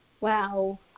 Wow